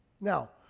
Now